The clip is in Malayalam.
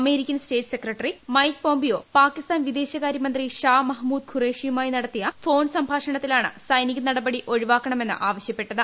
American state secretary Mike Pompeo Pakistan വിദേശകാര്യമന്ത്രി ഷാ മഹമൂദ് ഖുറേഷിയുമായി നടത്തിയ ഫോൺ സംഭാഷണത്തിലാണ് സൈനിക നടപടി ഒഴിവാക്കണമെന്ന് ആവശ്യപ്പെട്ടത്